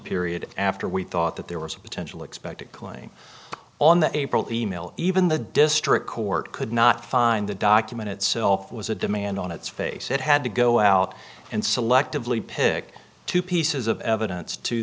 period after we thought that there was a potential expect a claim on the april e mail even the district court could not find the document itself was a demand on its face it had to go out and selectively pick two pieces of evidence to